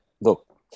look